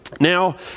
Now